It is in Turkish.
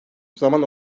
zaman